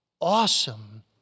awesome